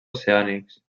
oceànics